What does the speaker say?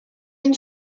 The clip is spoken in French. une